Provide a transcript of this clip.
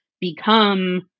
become